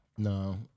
No